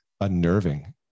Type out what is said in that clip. unnerving